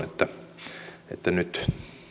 että nyt